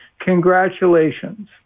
Congratulations